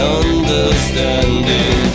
understanding